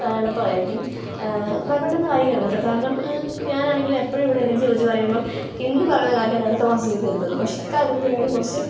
എളുപ്പമായിരിക്കും പെട്ടെന്ന് വൈകരുത് കേട്ടോ കാരണം ഞാനാണെങ്കിൽ എപ്പോഴും ഇവിടെ ഏജൻസിയെ വിളിച്ചു പറയുമ്പോൾ ഇന്നു പറയുന്ന കാര്യം അവർ അടുത്ത മാസം ചെയ്തു തരത്തുള്ളൂ പക്ഷേ ഇക്കാര്യത്തിൽ എങ്കിലും കുറച്ച്